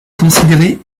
considéré